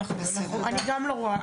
אני גם לא רואה,